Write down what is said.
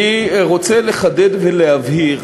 אני רוצה לחדד ולהבהיר